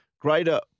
greater